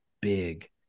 big